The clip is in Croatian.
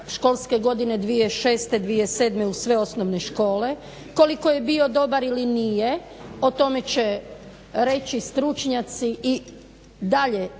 školske godine 2006/2007 u sve osnovne škole. Koliko je bio dobar ili nije, o tome će reći stručnjaci. I dalje